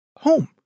home